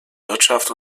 wirtschaft